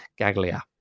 Gaglia